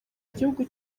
gihugu